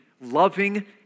loving